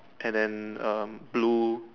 and then um blue